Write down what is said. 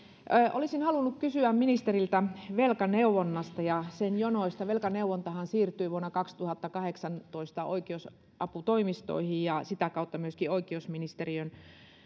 olisin halunnut kysyä ministeriltä velkaneuvonnasta ja sen jonoista velkaneuvontahan siirtyi vuonna kaksituhattakahdeksantoista oikeusaputoimistoihin ja sitä kautta myöskin oikeusministeriön